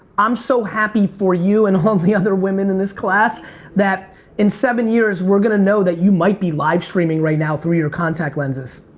i'm so happy for you and all the other women in this class in seven years we're gonna know that you might be livestreaming right now through your contact lenses.